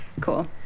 Cool